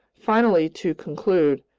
finally, to conclude,